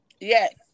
Yes